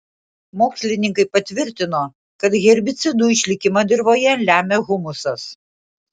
mokslininkai patvirtino kad herbicidų išlikimą dirvoje lemia humusas